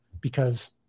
because-